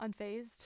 unfazed